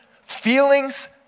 Feelings